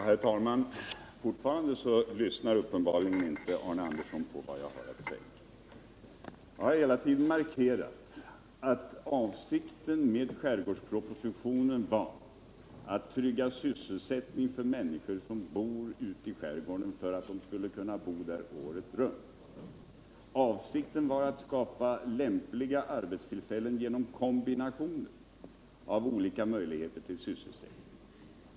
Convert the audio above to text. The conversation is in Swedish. Herr talman! Fortfarande lyssnar uppenbarligen inte Arne Andersson i Ljung på vad jag har att säga. Jag har hela tiden markerat att avsikten med skärgårdspropositionen var att trygga sysselsättningen för människor som bor ute i skärgården, för att de skulle kunna bo där året runt. Avsikten var att skapa lämpliga arbetstillfällen genom kombinationer av olika möjligheter till sysselsättning.